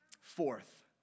Fourth